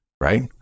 right